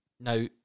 Now